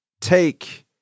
take